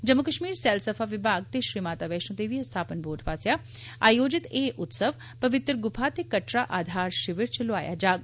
जम्मू कष्मीर सैलसफा विभाग ते श्री माता वैश्णो देवी अस्थापन बोर्ड पास्सेआ आयोजित एह् उत्सव पवित्र गुफा ते कटरा आधार षिविर च लोआया जाग